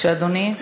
בבקשה, אדוני.